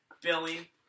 Billy